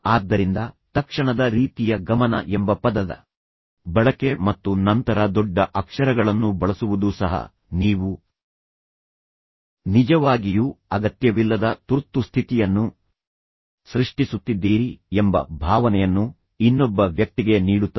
ಆದ್ದರಿಂದ ತಕ್ಷಣದ ರೀತಿಯ ಗಮನ ಎಂಬ ಪದದ ಬಳಕೆ ಮತ್ತು ನಂತರ ದೊಡ್ಡ ಅಕ್ಷರಗಳನ್ನು ಬಳಸುವುದು ಸಹ ನೀವು ನಿಜವಾಗಿಯೂ ಅಗತ್ಯವಿಲ್ಲದ ತುರ್ತುಸ್ಥಿತಿಯನ್ನು ಸೃಷ್ಟಿಸುತ್ತಿದ್ದೀರಿ ಎಂಬ ಭಾವನೆಯನ್ನು ಇನ್ನೊಬ್ಬ ವ್ಯಕ್ತಿಗೆ ನೀಡುತ್ತದೆ